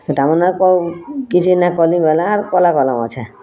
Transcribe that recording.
ସେଇଟା ମନେ କିଛି ନାଇଁ କଲିଁ ବେଲେଁ ଆଉ କଲେ କଲେ ଅଛେଁ